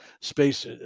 space